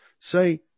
say